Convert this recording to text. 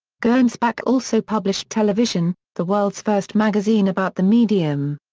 gernsback also published television, the world's first magazine about the medium.